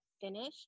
finish